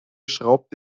schraubt